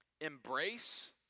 Embrace